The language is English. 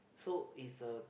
so it's a